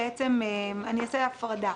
אני אעשה הפרדה.